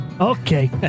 Okay